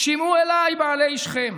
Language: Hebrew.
שמעו אלי בעלי שכם